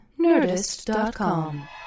Nerdist.com